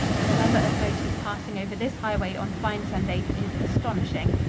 and the number of motors passing over this highway on fine sundays is astonishing.